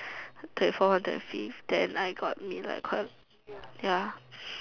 twenty fourth to twenty fifth then I got midnight car ya